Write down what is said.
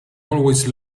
always